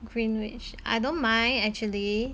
greenwich I don't mind actually